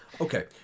Okay